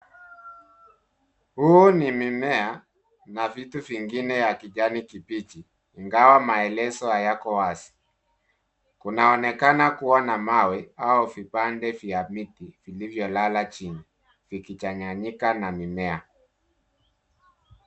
Huu ni mimea na vitu vingine ya kijani kibichi ingawa maelezo hayako wazi. Kunaonekana kuwa na mawe au vipande vya miti vilivyolala chini ikichanganyika na mimea.